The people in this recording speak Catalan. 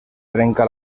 trenca